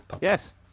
Yes